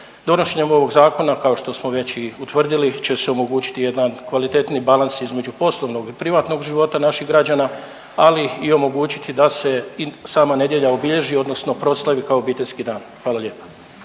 Donošenjem ovog zakona kao što već i utvrdili će se omogućiti jedan kvalitetniji balans između poslovnog i privatnog života naših građana, ali i omogućiti da se sama nedjelja obilježi odnosno proslavi kao obiteljski dan. Hvala lijepa.